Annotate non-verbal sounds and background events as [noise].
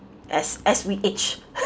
as as we age [laughs]